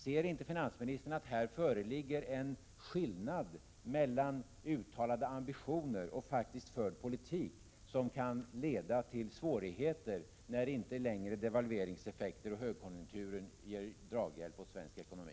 Ser inte finansministern att här föreligger en skillnad mellan uttalade ambitioner och faktiskt förd politik som kan leda till svårigheter när inte längre devalveringseffekter och högkonjunkturen ger draghjälp åt svensk ekonomi?